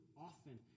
often